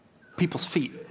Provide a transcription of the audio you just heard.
people's feet.